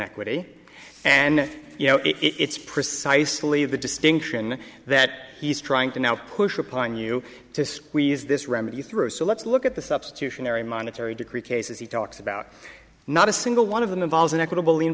equity and you know it's precisely the distinction that he's trying to now push upon you to squeeze this remedy through so let's look at the substitutionary monetary decree cases he talks about not a single one of them involves an equitable l